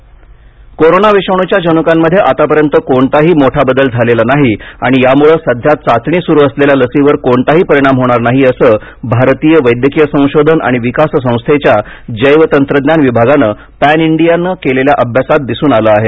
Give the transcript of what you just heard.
जन्क corona विषाणूच्या जन्कामध्ये आतापर्यंत कोणताही मोठा बदल झालेला नाही आणि यामुळे सध्या चाचणी सुरु असलेल्या लसीवर कोणताही परिणाम होणार नाही असं भारतीय वैद्यकीय संशोधन आणि विकास संस्थेच्या जैव तंत्रज्ञान विभागानं पॅन इंडियानं केलेल्या अभ्यासात दिसून आलं आहे